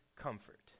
comfort